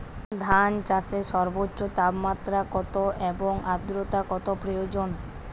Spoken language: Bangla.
ধান চাষে সর্বোচ্চ তাপমাত্রা কত এবং আর্দ্রতা কত প্রয়োজন?